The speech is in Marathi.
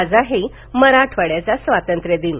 आज आहे मराठवाड्याचा स्वातंत्र्यदिन